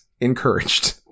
encouraged